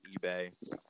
eBay